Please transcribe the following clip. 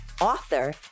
author